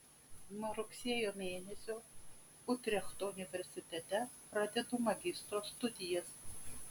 nuo rugsėjo mėnesio utrechto universitete pradedu magistro studijas